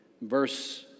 Verse